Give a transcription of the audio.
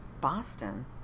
Boston